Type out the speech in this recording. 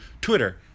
Twitter